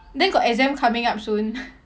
then got exam coming up soon